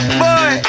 boy